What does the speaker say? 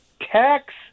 tax